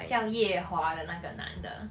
叫夜华的那个男的